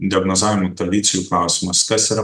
diagnozavimo tradicijų klausimas kas yra